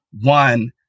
one